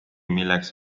milleks